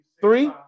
three